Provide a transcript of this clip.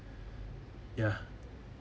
ya